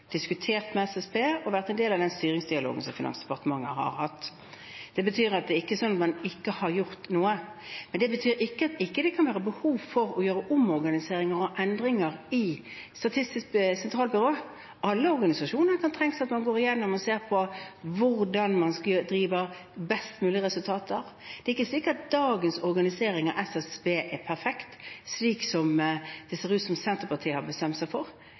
diskutert med SSB og vært en del av den styringsdialogen som Finansdepartementet har hatt. Det betyr at det ikke er sånn at man ikke har gjort noe. Men det betyr ikke at det ikke kan være behov for å gjøre omorganiseringer og endringer i Statistisk sentralbyrå. For alle organisasjoner kan det trengs at man går igjennom og ser på hvordan man driver med best mulig resultat. Det er ikke sikkert dagens organisering av SSB er perfekt, slik som det ser ut til at Senterpartiet har bestemt seg for.